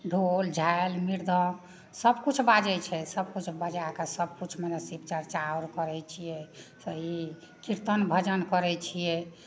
ढोल झालि मृदङ्ग सबकिछु बाजैत छै सबकिछु बजा कऽ सबकिछु मने शिवचर्चा आओर करैत छियै तऽ ई किर्तन भजन करैत छियै